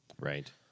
Right